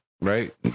right